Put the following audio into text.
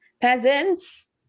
peasants